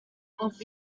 off